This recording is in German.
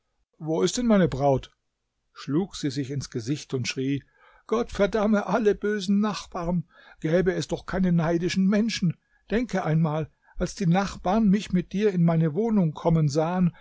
wo ist denn meine braut schlug sie sich ins gesicht und schrie gott verdamme alle bösen nachbarn gäbe es doch keinen neidischen menschen denke einmal als die nachbarn mich mit dir in meine wohnung kommen sahen